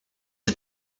the